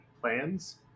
plans